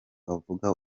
avuga